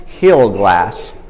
Hillglass